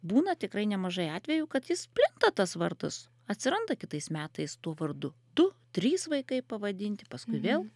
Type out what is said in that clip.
būna tikrai nemažai atvejų kad jis plinta tas vardas atsiranda kitais metais tuo vardu du trys vaikai pavadinti paskui vėl